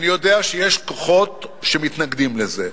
אני יודע שיש כוחות שמתנגדים לזה.